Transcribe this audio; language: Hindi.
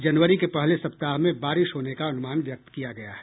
जनवरी के पहले सप्ताह में बारिश होने का अनुमान व्यक्त किया गया है